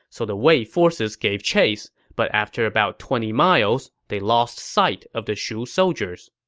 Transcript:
so the wei forces gave chase, but after about twenty miles, they lost sight of the shu soldiers.